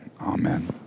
Amen